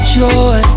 joy